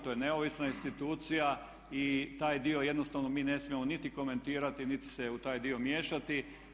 To je neovisna institucija i taj dio jednostavno mi ne smijemo niti komentirati, niti se u taj dio miješati.